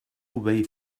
way